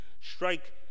strike